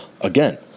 Again